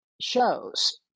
shows